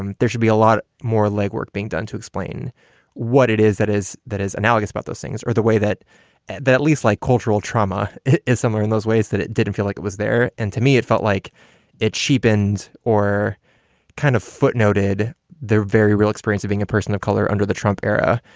um there should be a lot more legwork being done to explain what it is that is that is analogous about those things are the way that that least like cultural trauma is somewhere in those ways that it didn't feel like it was there. and to me, it felt like it cheapened or kind of footnoted their very real experience of being a person of color under the trump era.